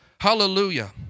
Hallelujah